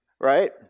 right